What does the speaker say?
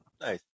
nice